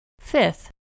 Fifth